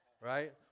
Right